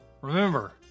Remember